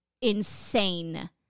insane